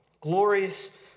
Glorious